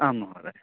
आं महोदय